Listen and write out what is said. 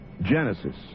genesis